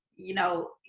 you know,